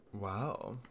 Wow